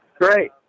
Great